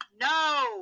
No